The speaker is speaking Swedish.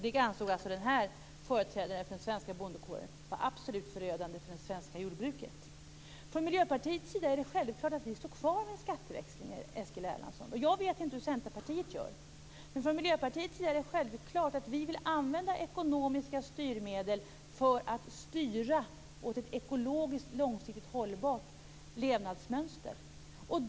Det ansåg alltså den här företrädaren för de svenska bönderna vara förödande för det svenska jordbruket. För Miljöpartiet är det självklart att vi står fast vid vårt förslag om en skatteväxling, Eskil Erlandsson; jag vet inte hur Centerpartiet gör. Men för Miljöpartiet är det självklart att vi vill använda ekonomiska styrmedel för att styra mot ett ekologiskt, långsiktigt hållbart levnadsmönster.